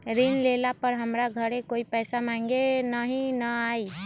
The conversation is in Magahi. ऋण लेला पर हमरा घरे कोई पैसा मांगे नहीं न आई?